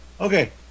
Okay